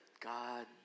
God